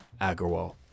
Agarwal